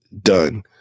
done